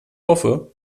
hoffe